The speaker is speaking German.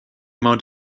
mount